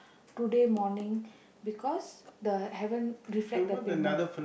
today morning because the haven't reflect the payment